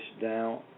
down